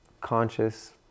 conscious